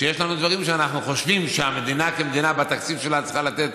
שיש דברים שאנחנו חושבים שהמדינה כמדינה צריכה לתת